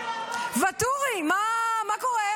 ואטורי, מה קורה?